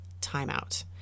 timeout